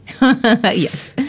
Yes